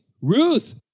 Ruth